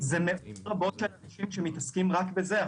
מאות רבות של אנשים מתעסקים רק בזה.